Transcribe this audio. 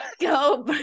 go